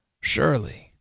surely